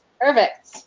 Perfect